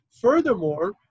Furthermore